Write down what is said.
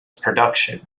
production